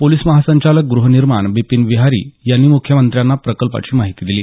police महासंचालक गृहनिर्माण बिपिन बिहारी यांनी मुख्यमंत्र्यांना प्रकल्पाची माहिती दिली